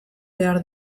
behar